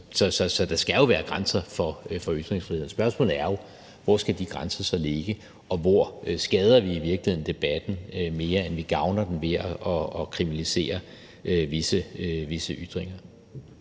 Så der skal jo være grænser for ytringsfriheden. Spørgsmålet er, hvor de grænser skal ligge, og hvor vi i virkeligheden skader debatten, mere end vi gavner den, ved at kriminalisere visse ytringer.